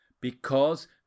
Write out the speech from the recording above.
because